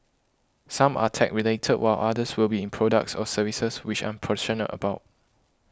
some are tech related while others will be in products or services which I'm about